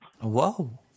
Whoa